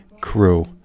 crew